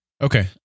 Okay